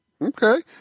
Okay